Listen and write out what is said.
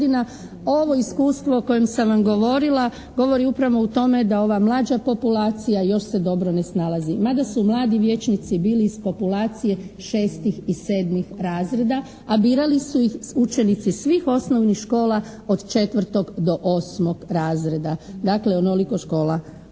ovo iskustvo o kojem sam vam govorila, govori upravo o tome da ova mlađa populacija još se dobro ne snalazi, mada su mladi vijećnici bili iz populacije 6.-ih i 7.-ih razreda, a birali su ih učenici svih osnovnih škola od 4. do 8. razreda. Dakle, onoliko škola koliko